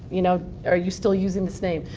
you know are you still using this name.